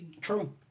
True